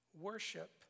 worship